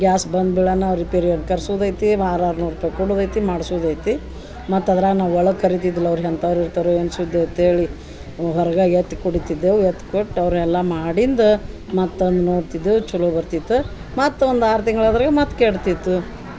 gas ಬಂದ್ಬಿಳನ ರಿಪೇರಿಯವ್ರ ಕರ್ಸುದ ಐತಿ ವಾರಾರ ನೂರು ರೂಪಾಯಿ ಕೊಡುದೈತಿ ಮಾಡ್ಸುದೈತಿ ಮತ್ತೆ ಅದ್ರಾಗ ನಾವು ಒಳಗೆ ಕರಿತಿದಿಲ್ಲ ಅವ್ರ ಎಂಥವ್ರ್ ಇರ್ತರೋ ಏನು ಸುದ್ದಿ ಆಯ್ತ ಹೇಳಿ ಹೊರಗ ಎತ್ತು ಕುಡಿತಿದ್ದೇವೆ ಎತ್ಕೊಟ್ ಅವ್ರ ಎಲ್ಲ ಮಾಡಿಂದ ಮತ್ತೊಂದು ನೋಡ್ತಿದ್ರ ಛಲೋ ಬರ್ತಿತ್ತ ಮತ್ತೊಂದು ಆರು ತಿಂಗ್ಳ ಆದ್ರ ಮತ್ತು ಕೆಡ್ತಿತ್ತು